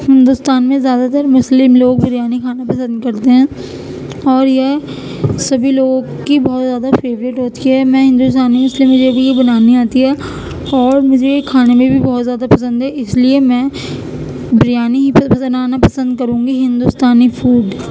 ہندوستان میں زیادہ تر مسلم لوگ بریانی کھانا پسند کرتے ہیں اور یہ سبھی لوگوں کی بہت زیادہ فیوریٹ ہوتی ہے میں ہندوستانی ہوں اس لیے مجھے بھی یہ بنانی آتی ہے اور مجھے کھانے میں بھی بہت زیادہ پسند ہے اس لیے میں بریانی ہی بنانا پسند کروں گی ہندوستانی فوڈ